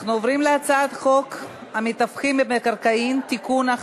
אנחנו עוברים להצעת חוק המתווכים במקרקעין (תיקון,